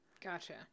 Gotcha